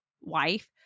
wife